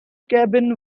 cabin